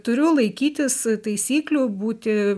turiu laikytis taisyklių būti